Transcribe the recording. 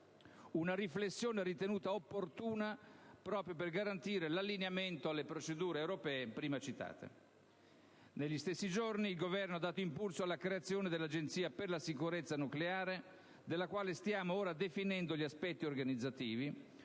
Una riflessione ritenuta opportuna proprio per garantire l'allineamento alle procedure europee prima citate. Negli stessi giorni il Governo ha dato impulso alla creazione dell'Agenzia per la sicurezza nucleare, della quale stiamo ora definendo gli aspetti organizzativi,